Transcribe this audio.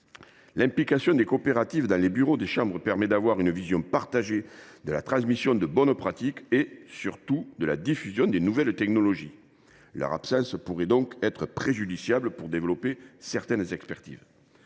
L’implication des coopératives dans les bureaux des chambres leur permet d’avoir une vision partagée sur la transmission des bonnes pratiques et, surtout, sur la diffusion des nouvelles technologies. Leur absence pourrait donc être préjudiciable au développement de certaines expertises.